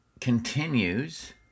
continues